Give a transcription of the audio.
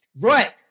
right